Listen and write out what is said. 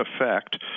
effect